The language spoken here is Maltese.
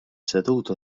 seduta